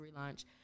relaunch